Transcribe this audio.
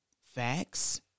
facts